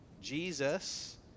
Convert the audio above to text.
Jesus